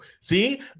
See